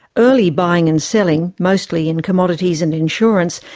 early buying and selling, mostly in commodities and insurance,